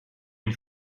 une